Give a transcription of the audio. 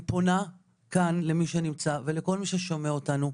אני פונה כאן למי שנמצא ולכל מי ששומע אותנו.